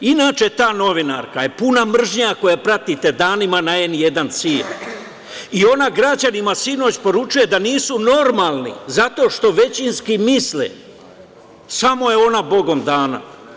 Inače, ta novinarka je puna mržnje, ako je pratite danima na „N1 - CIA“ i ona građanima sinoć poručuje da nisu normalni zato što većinski misle, samo je ona Bogom dana.